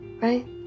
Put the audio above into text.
right